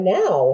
now